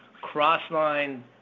cross-line